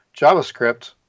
JavaScript